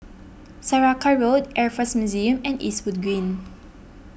Saraca Road Air force Museum and Eastwood Green